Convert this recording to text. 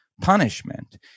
punishment